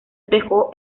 dejó